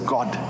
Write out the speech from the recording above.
God